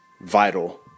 vital